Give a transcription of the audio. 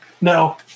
no